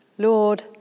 Lord